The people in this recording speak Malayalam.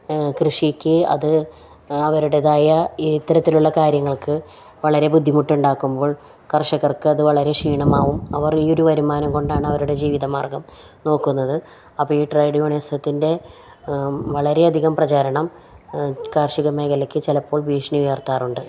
കൃഷിക്ക് അത് അവരുടേതായ ഇത്തരത്തിലുള്ള കാര്യങ്ങൾക്ക് വളരെ ബുദ്ധിമുട്ടുണ്ടാക്കുമ്പോൾ കർഷകർക്ക് അത് വളരെ ക്ഷീണമാകും അവർ ഈ ഒരു വരുമാനം കൊണ്ടാണ് അവരുടെ ജീവിത മാർഗ്ഗം നോക്കുന്നത് അപ്പം ഈ ട്രേഡ് വികസനത്തിൻ്റെ വളരെയധികം പ്രചാരണം കാർഷിക മേഖലയ്ക്ക് ചിലപ്പോൾ ഭീഷണി ഉയർത്താറുണ്ട്